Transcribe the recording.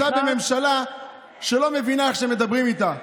אולי הוא נמצא בממשלה שלא מבינה איך שמדברים איתה,